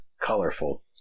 colorful